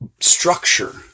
structure